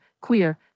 queer